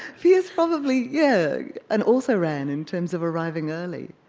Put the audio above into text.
fear's probably yeah an also-ran in terms of arriving early.